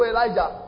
Elijah